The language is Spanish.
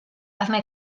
hazme